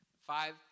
Five